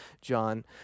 John